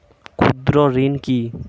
ক্ষুদ্র ঋণ কি?